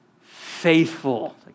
faithful